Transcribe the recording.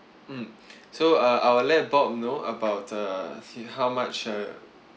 mm so uh I'll let bob know about the see how much uh